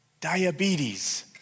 Diabetes